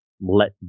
let